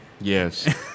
Yes